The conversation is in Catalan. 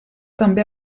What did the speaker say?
també